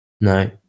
No